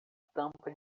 tampa